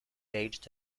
aged